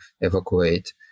evacuate